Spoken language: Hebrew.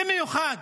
במיוחד